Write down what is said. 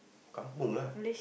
kampung lah